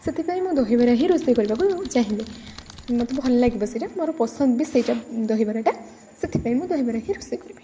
ସେଥିପାଇଁ ମୁଁ ଦହିବରା ହିଁ ରୋଷେଇ କରିବାକୁ ଚାହିଁବି ମୋତେ ଭଲ ଲାଗିବ ସେଇଟା ମୋର ପସନ୍ଦ ବି ସେଇଟା ଦହିବରାଟା ସେଥିପାଇଁ ମୁଁ ଦହିବରା ହିଁ ରୋଷେଇ କରିବି